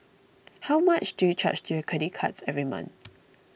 how much do you charge to your credit cards every month